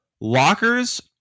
Lockers